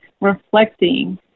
reflecting